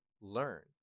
learn